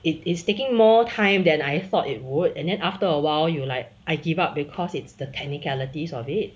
it is taking more time than I thought it would and then after a while you like I give up because it's the technicalities of it